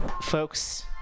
folks